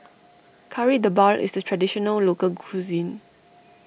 Kari Debal is a Traditional Local Cuisine